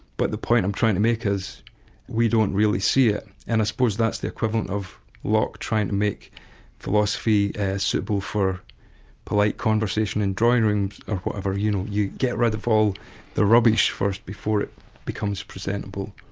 but the point i'm trying to make is we don't really see it, and i suppose that's the equivalent of locke trying to make philosophy suitable for polite conversation in drawing rooms or whatever you know, you get rid of all the rubbish first before it becomes presentable.